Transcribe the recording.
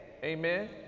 amen